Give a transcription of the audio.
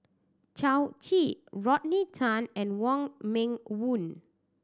Yao Zi Rodney Tan and Wong Meng Voon